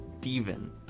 Steven